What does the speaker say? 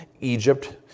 Egypt